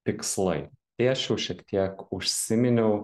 tikslai tai aš jau šiek tiek užsiminiau